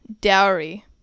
Dowry